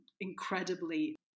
incredibly